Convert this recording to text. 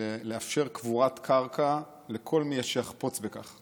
לאפשר קבורת קרקע לכל מי שיחפוץ בכך.